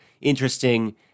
interesting